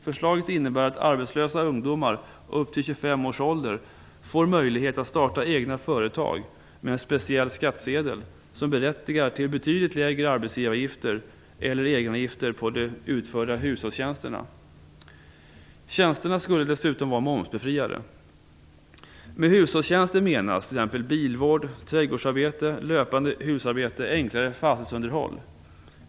Förslaget innebär att arbetslösa ungdomar upp till 25 års ålder får möjlighet att starta egna företag med en speciell skattsedel som berättigar till betydligt lägre arbetsgivaravgifter eller egenavgifter på de utförda hushållstjänsterna. Tjänsterna skulle dessutom vara momsbefriade. Med hushållstjänster menas t.ex. bilvård, trädgårdsarbete, löpande hushållsarbete och enklare fastighetsunderhåll.